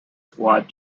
squad